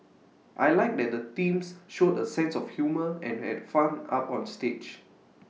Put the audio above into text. I Like that the teams showed A sense of humour and had fun up on stage